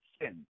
sin